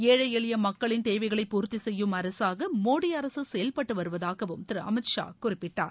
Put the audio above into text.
ஏழை எளிய மக்களின் தேவைகளை பூர்த்தி செய்யும் அரசாக மோடி அரசு செயல்பட்டு வருவதாகவும் திரு அமித் ஷா குறிப்பிட்டார்